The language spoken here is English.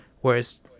Whereas